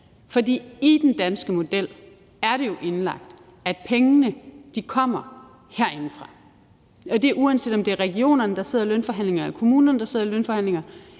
For i den danske model er det jo indlagt, at pengene kommer herindefra, og uanset om det er regionerne eller det er kommunerne eller staten, der sidder i lønforhandlinger,